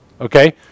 Okay